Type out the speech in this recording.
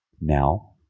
Now